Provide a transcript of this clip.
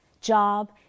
job